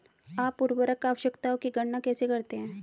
आप उर्वरक आवश्यकताओं की गणना कैसे करते हैं?